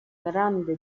grande